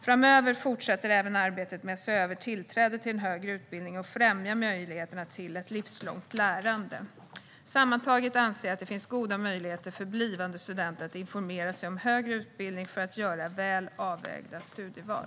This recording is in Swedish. Framöver fortsätter även arbetet med att se över tillträdet till högre utbildning och främja möjligheterna till ett livslångt lärande. Sammantaget anser jag att det finns goda möjligheter för blivande studenter att informera sig om högre utbildning för att göra väl avvägda studieval.